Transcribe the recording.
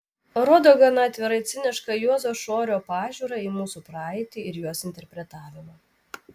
rodo gana atvirai cinišką juozo šorio pažiūrą į mūsų praeitį ir jos interpretavimą